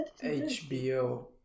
hbo